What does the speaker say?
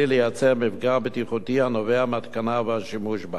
מפגע בטיחותי הנובע מההתקנה ומהשימוש בה.